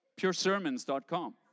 Puresermons.com